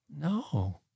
No